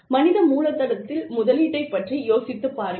மனித மூலதனத்தில் முதலீட்டைப் பற்றி யோசித்துப் பாருங்கள்